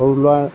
সৰু ল'ৰা